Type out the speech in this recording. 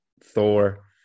Thor